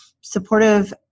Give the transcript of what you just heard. supportive